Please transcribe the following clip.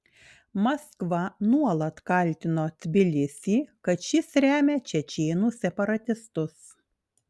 maskva nuolat kaltino tbilisį kad šis remia čečėnų separatistus